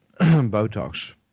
Botox